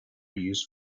used